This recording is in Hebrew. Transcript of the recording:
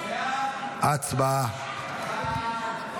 הצבעה.